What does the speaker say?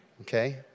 Okay